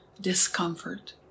discomfort